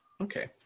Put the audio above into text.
Okay